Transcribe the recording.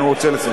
אני רוצה לסיים.